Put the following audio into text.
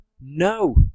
No